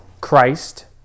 Christ